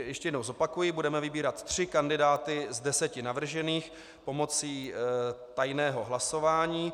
Ještě jednou zopakuji, budeme vybírat tři kandidáty z deseti navržených pomocí tajného hlasování.